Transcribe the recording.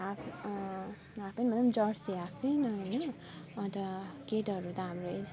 half half pant भन्दा नि जर्सीको हाफ प्यान्ट होइन अन्त केटाहरू त हाम्रो